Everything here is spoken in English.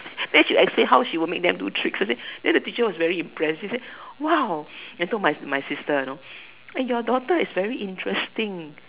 then she will explain how she make will make them do tricks and said then the teacher was very impressed she said !wow! then told my my sister you know eh your daughter is very interesting